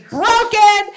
broken